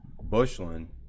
bushland